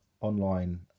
online